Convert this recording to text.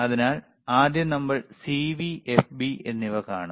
അതിനാൽ ആദ്യം നമ്മൾ CV FB എന്നിവ കാണാം